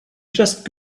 just